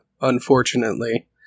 unfortunately